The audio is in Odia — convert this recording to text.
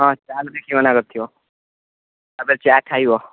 ହଁ ଚାଟ୍ ଦେଖି ମନା କରିଥିବ ତା'ପରେ ଚା ଖାଇବ